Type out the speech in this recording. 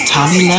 Tommy